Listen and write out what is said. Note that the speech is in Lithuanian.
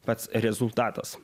pats rezultatas